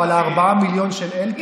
או על 4 המיליון של אלקין?